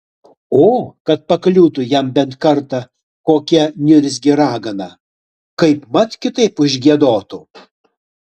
o kad pakliūtų jam bent kartą kokia niurzgi ragana kaipmat kitaip užgiedotų